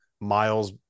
Miles